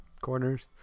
corners